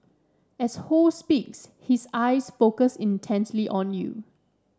as Ho speaks his eyes focus intently on you